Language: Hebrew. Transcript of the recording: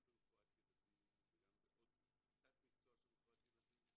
ברפואת ילדים וגם בעוד תת מקצוע של רפואת ילדים.